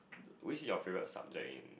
which is your favourite subject in